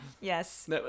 Yes